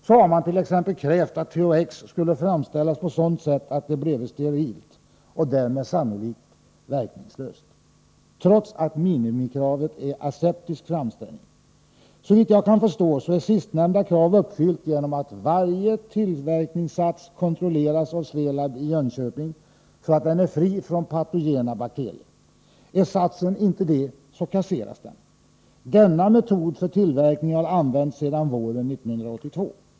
Man har t.ex. krävt att THX skulle framställas på sådant sätt att det blev sterilt — och därmed sannolikt verkningslöst — trots att minimikravet är aseptisk framställning. Såvitt jag kan förstå är sistnämnda krav uppfyllt genom att varje tillverkningssats kontrolleras av Swelab i Jönköping så att man vet att den är fri från patogena bakterier. Är satsen inte det, kasseras den. Denna metod för tillverkning har använts sedan våren 1982.